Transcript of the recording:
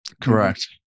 Correct